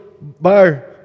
bar